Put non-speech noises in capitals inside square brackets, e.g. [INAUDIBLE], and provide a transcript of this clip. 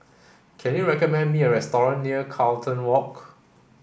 can you recommend me a [UNINTELLIGIBLE] near Carlton Walk